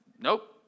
nope